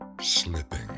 slipping